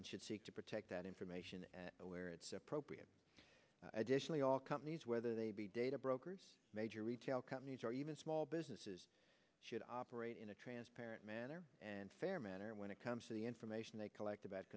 and should seek to protect that information where it's appropriate additionally all companies whether they be data brokers major retail companies or even small businesses should operate in a transparent manner and fair manner when it comes to the information they collect about